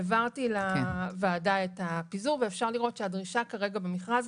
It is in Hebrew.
העברתי לוועדה את הפיזור ואפשר לראות שהדרישה כרגע במכרז,